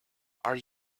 are